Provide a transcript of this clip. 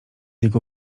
jego